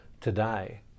today